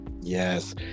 Yes